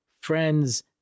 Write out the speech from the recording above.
friends